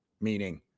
meaning